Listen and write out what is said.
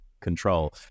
control